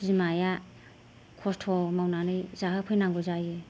बिमाया खस्थ' मावनानै जाहोफैनांगौ जायो